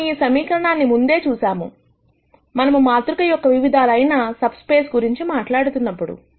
మనము ఈ సమీకరణాన్ని ముందే చూసాము మనము మాతృక యొక్క వివిధాలైన సబ్ స్పేసెస్ గురించి మాట్లాడినప్పుడు